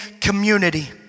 community